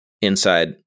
inside